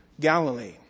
Galilee